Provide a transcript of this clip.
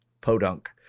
Podunk